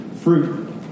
fruit